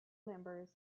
members